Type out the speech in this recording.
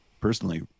Personally